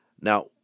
now